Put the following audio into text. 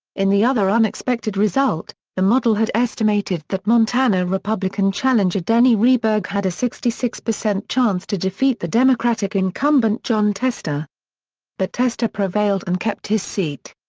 in the other unexpected result, the model had estimated that montana republican challenger denny rehberg had a sixty six percent chance to defeat the democratic incumbent jon tester but tester prevailed and kept his seat.